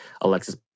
Alexis